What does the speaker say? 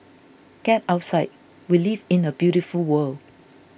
get outside we live in a beautiful world